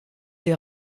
des